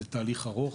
זה תהליך ארוך.